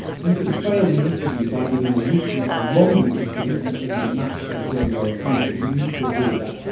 you can fail the interview by giving a weakness, a wrong weakness, a weakness that is a match for the job you're applying for. so, we need to avoid that!